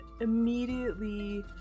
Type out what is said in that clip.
immediately